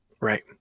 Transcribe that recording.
Right